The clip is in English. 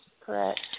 Correct